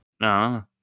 No